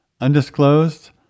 Undisclosed